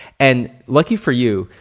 and lucky for you,